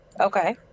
okay